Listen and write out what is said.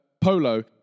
polo